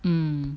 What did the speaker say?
mm